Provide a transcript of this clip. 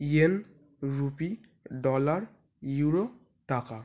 yen rupee dollar euro টাকা